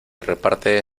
reparte